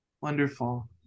Wonderful